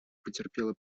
потерпела